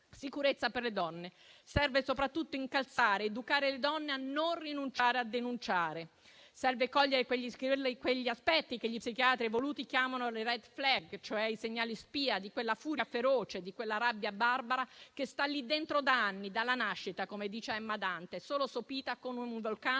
sicurezza per le donne. Serve soprattutto incalzare ed educare le donne a non rinunciare a denunciare. Serve cogliere quegli aspetti che gli psichiatri evoluti chiamano le *red flag*, i segnali spia di quella furia feroce, di quella rabbia barbara, che sta lì dentro da anni, dalla nascita, come dice Emma Dante, solo sopita come un vulcano